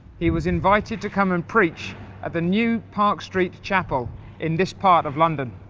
he was invited to come and preach at the new park street chapel in this part of london.